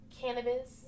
cannabis